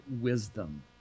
wisdom